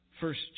first